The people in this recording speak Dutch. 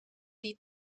die